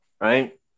right